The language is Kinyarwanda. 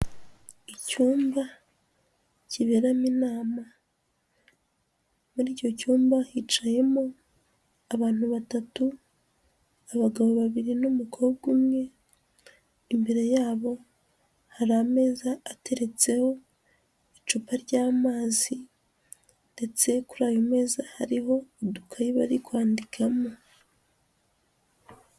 Icyumba kiberamo inama muri icyo cyumba hicayemo abantu batatu abagabo babiri n'umukobwa umwe, imbere yabo hari ameza ateretseho icupa ry'amazi ndetse kuri ayo meza hariho udukayi bari kwandikamo.